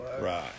Right